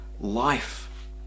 life